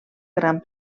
gran